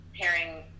pairing